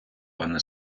пане